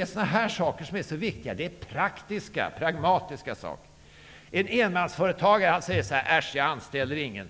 är sådana här pragmatiska saker som är så vikitiga. En enmansföretagare säger så här: Äsch, jag anställer ingen.